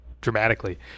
dramatically